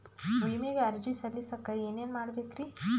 ವಿಮೆಗೆ ಅರ್ಜಿ ಸಲ್ಲಿಸಕ ಏನೇನ್ ಮಾಡ್ಬೇಕ್ರಿ?